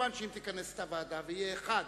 מובן שאם תכנס את הוועדה ויהיה אחד,